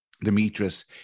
Demetrius